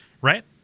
right